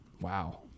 wow